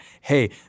hey